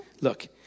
Look